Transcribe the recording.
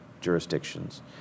jurisdictions